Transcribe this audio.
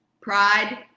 pride